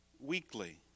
weekly